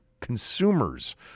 consumers